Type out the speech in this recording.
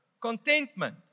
Contentment